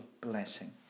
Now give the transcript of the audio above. blessing